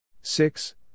six